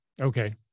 Okay